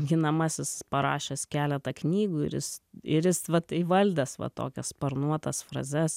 ginamasis parašęs keletą knygų ir jis ir jis vat įvaldęs va tokias sparnuotas frazes